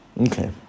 Okay